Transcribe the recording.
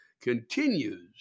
continues